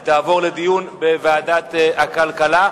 והיא תעבור לדיון בוועדת הכלכלה.